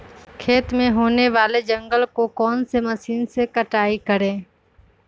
खेत में होने वाले जंगल को कौन से मशीन से कटाई करें?